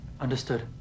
Understood